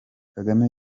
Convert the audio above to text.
kagame